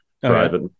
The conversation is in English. private